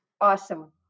awesome